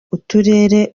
uturere